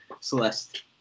Celeste